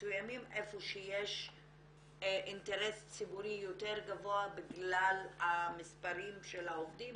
מסוימים איפה שיש אינטרס ציבורי יותר גבוה בגלל המספרים של העובדים